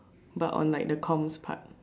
but on like the comms part